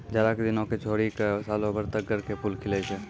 जाड़ा के दिनों क छोड़ी क सालों भर तग्गड़ के फूल खिलै छै